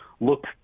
look